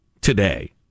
today